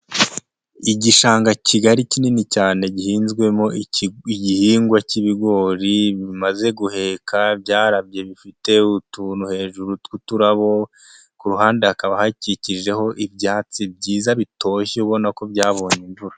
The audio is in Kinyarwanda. Igishanga kigari kinini cyane gihinzwemo igihingwa cy'ibigori bimaze guheka, byarabye bifite utuntu hejuru tw'uturabo ku ruhande hakaba hakikijeho ibyatsi byiza bitoshye ubona ko byabonye imvura.